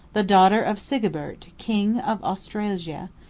the daughter of sigebert, king of austrasia,